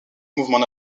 mouvement